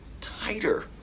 Tighter